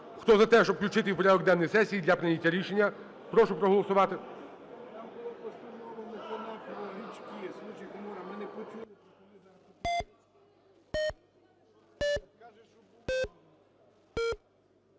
Хто за те, щоб включити її в порядок денної сесії для прийняття рішення, прошу проголосувати.